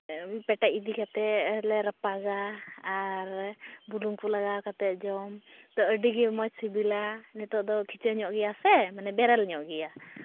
ᱯᱮᱴᱮᱡ ᱤᱫᱤ ᱠᱟᱛᱮᱫ ᱞᱮ ᱨᱟᱯᱟᱜᱟ ᱟᱨ ᱵᱩᱞᱩᱝ ᱠᱚ ᱞᱟᱜᱟᱣ ᱠᱟᱛᱮᱫ ᱡᱚᱢ ᱟᱹᱰᱤᱜᱮ ᱢᱚᱡᱽ ᱥᱤᱵᱤᱞᱟ ᱱᱤᱛᱚᱜ ᱫᱚ ᱠᱷᱤᱪᱟᱹ ᱧᱚᱜ ᱜᱮᱭᱟᱥᱮ ᱢᱟᱱᱮ ᱵᱮᱨᱮᱞ ᱧᱚᱜ ᱜᱮᱭᱟ